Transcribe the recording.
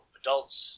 adults